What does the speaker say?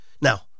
Now